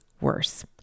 worse